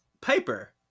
Piper